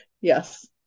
Yes